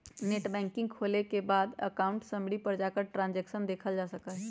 net banking खोले के बाद अकाउंट समरी पर जाकर ट्रांसैक्शन देखलजा सका हई